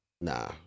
Nah